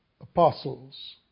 apostles